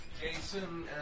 Jason